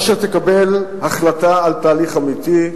או שתקבל החלטה על תהליך אמיתי,